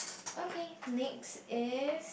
okay next is